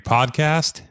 Podcast